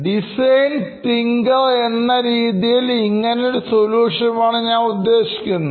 Design thinker എന്ന രീതിയിൽ ഇങ്ങനെ ഒരു സൊലൂഷൻ ആണ്ഞാൻ ഉദ്ദേശിക്കുന്നത്